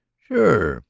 sure,